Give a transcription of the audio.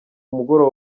mugoroba